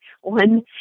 one